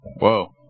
Whoa